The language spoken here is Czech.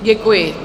Děkuji.